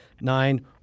nine